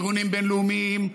ארגונים בין-לאומיים,